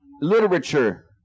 literature